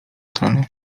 strony